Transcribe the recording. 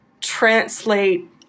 translate